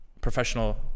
professional